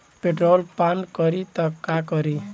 Petrol पान करी त का करी?